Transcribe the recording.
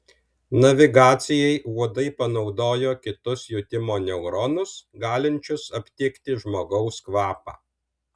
navigacijai uodai panaudojo kitus jutimo neuronus galinčius aptikti žmogaus kvapą